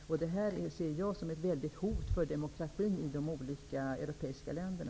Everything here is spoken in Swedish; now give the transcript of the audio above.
Denna fientlighet ser jag som ett väldigt hot mot demokratin i de europeiska länderna.